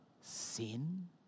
sin